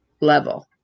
level